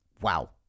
Wow